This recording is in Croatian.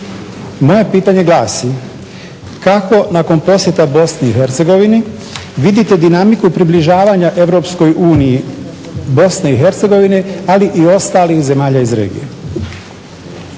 Moje pitanje glasi: kako nakon posjeta BiH vidite dinamiku približavanja Europskoj uniji BiH, ali i ostalih zemalja iz regije.